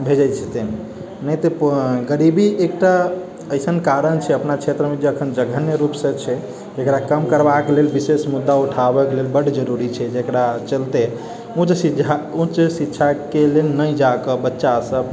भेजै छथिन नहि तऽ गरीबी एकटा अइसन कारण छै अपना क्षेत्रमे जे अखन जघन्य रूपसँ छै जकरा कम करबाक लेल विशेष मुद्दा उठाबैके लेल बड्ड जरूरी छै जकरा चलते उच्च शिक्षाके लेल नहि जाकऽ बच्चासब